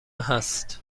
هست